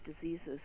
diseases